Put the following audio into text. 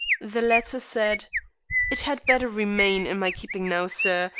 the latter said it had better remain in my keeping now, sir,